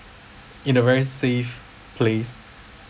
in a very safe place